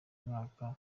mwaka